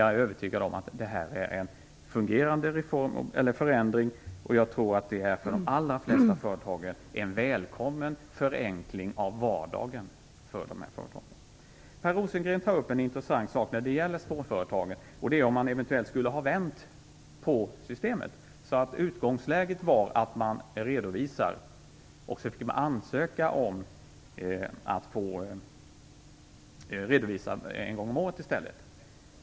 Jag är övertygad om att detta är en fungerande förändring, och jag tror att det för de allra flesta företagare är en välkommen förenkling av vardagen. Per Rosengren tar upp en intressant sak när det gäller småföretagen, nämligen om man eventuellt i stället skulle ha vänt på systemet, dvs. att man skulle ansöka om att få redovisa en gång om året.